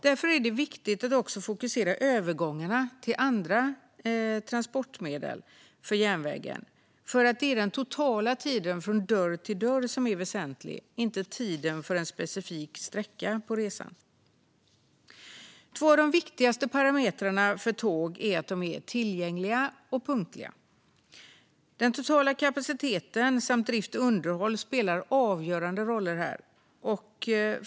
Därför är det viktigt att också fokusera på övergångarna till andra transportmedel från järnvägen, eftersom det är den totala tiden från dörr till dörr som är väsentlig, inte tiden för en specifik sträcka på resan. Två av det viktigaste parametrarna för tåg är att de är tillgängliga och punktliga. Den totala kapaciteten samt drift och underhåll spelar avgörande roller här.